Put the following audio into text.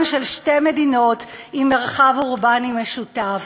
של שתי מדינות עם מרחב אורבני משותף.